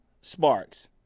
Sparks